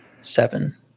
seven